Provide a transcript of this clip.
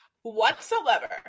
Whatsoever